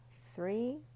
three